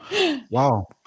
Wow